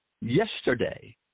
yesterday